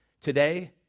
Today